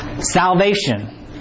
Salvation